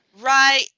Right